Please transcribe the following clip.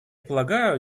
полагаю